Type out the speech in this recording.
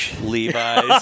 Levi's